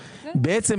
בעצם,